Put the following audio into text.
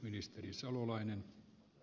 arvoisa puhemies